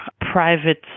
private